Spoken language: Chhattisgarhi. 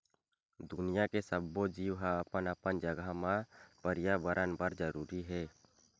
दुनिया के सब्बो जीव ह अपन अपन जघा म परयाबरन बर जरूरी हे